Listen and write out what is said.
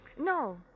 No